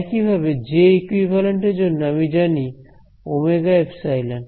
একইভাবে J equivalent এর জন্য আমি জানি ওমেগা এপসাইলন